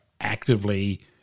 actively